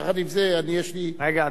יחד עם זה, יש לי תשובה.